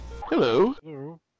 Hello